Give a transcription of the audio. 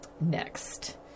next